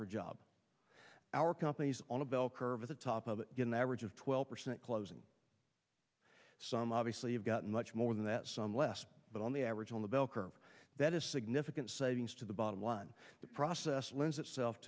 for a job our companies on a bell curve at the top of the average of twelve percent closing some obviously have got much more than that some less but on the average on the bell curve that is significant savings to the bottom line the process lends itself